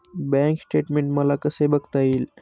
Bank statement मला कसे बघता येईल?